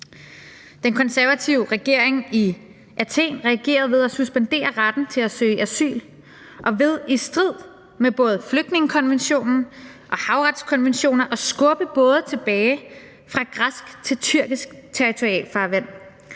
Den konservative regering i Athen reagerede ved at suspendere retten til at søge asyl og ved i strid med både flygtningekonventionen og havretskonventionen at skubbe både tilbage fra græsk til tyrkisk territorialfarvand.